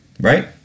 right